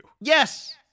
Yes